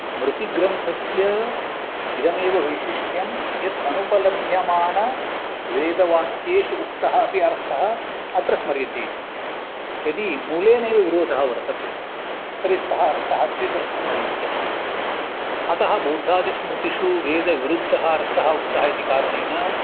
स्मृतिग्रन्थस्य इदमेव वैशिष्ट्यं यत् अनुपलभ्यमानवेदवाक्येषु उक्तः अपि अर्थः अत्र स्मर्यते इति यदि मूलेनैव विरोधः वर्तते तर्हि सः अर्थः स्वीकर्तुम् अयोग्यः अतः बौद्धादिस्मृतिषु वेदविरुद्धः अर्थः उक्तः इति कारणेन